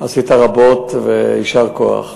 עשית רבות, ויישר כוח.